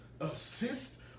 assist